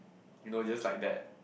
you know just like that